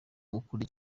makuru